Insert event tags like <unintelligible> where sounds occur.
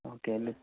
okay <unintelligible>